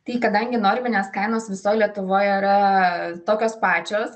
tai kadangi norminės kainos visoj lietuvoj yra tokios pačios